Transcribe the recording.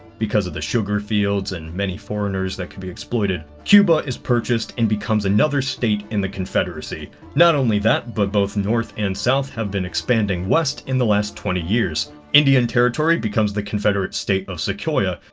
because of the sugar fields, and many foreigners that can be exploited. cuba is purchased and becomes another state in the confederacy. not only that, but both north and south have been expanding west in the last twenty years indian territory becomes the confederate state of sequoia,